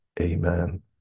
amen